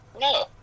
No